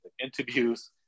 interviews